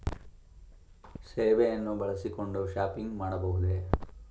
ಸೇವೆಯನ್ನು ಬಳಸಿಕೊಂಡು ಶಾಪಿಂಗ್ ಮಾಡಬಹುದೇ?